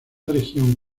región